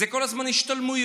כל הזמן השתלמויות,